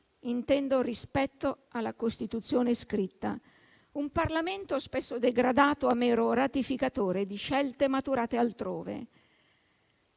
(intendo rispetto alla Costituzione scritta), un Parlamento spesso degradato a mero ratificatore di scelte maturate altrove.